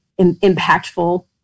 impactful